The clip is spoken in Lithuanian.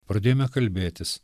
pradėjome kalbėtis